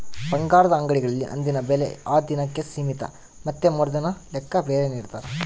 ಬಂಗಾರದ ಅಂಗಡಿಗಳಲ್ಲಿ ಅಂದಿನ ಬೆಲೆ ಆ ದಿನಕ್ಕೆ ಸೀಮಿತ ಮತ್ತೆ ಮರುದಿನದ ಲೆಕ್ಕ ಬೇರೆ ನಿಡ್ತಾರ